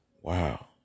Wow